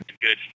good